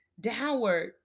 downward